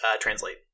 translate